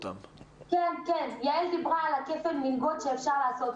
כן, יעל דיברה על כפל המלגות שאפשר לעשות.